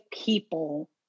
people